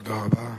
תודה רבה.